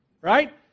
right